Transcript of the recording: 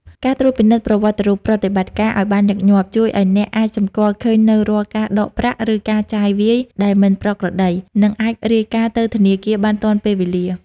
ការត្រួតពិនិត្យប្រវត្តិប្រតិបត្តិការ ឱ្យបានញឹកញាប់ ជួយឱ្យអ្នកអាចសម្គាល់ឃើញនូវរាល់ការដកប្រាក់ ឬការចាយវាយដែលមិនប្រក្រតី និងអាចរាយការណ៍ទៅធនាគារបានទាន់ពេលវេលា។